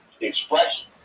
expression